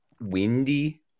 windy